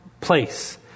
place